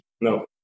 no